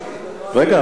רגע,